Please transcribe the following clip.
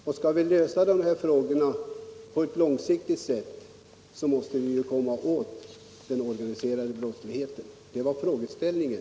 Om vi skall lösa de här frågorna långsiktigt måste vi komma åt den organiserade brottsligheten. Hur skall det ske? Det var frågeställningen.